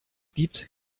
gibt